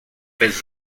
bez